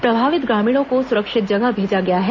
प्रभावित ग्रामीणों को सुरक्षित जगह भेजा गया है